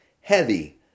heavy